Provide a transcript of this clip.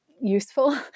Useful